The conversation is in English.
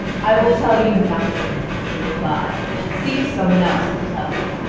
i will tell you nothing, was the reply seek some one else to tell you.